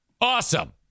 Awesome